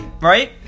right